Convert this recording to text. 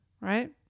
right